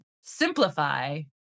simplify